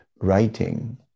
writing